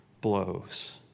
blows